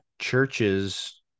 churches